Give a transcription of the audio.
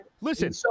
Listen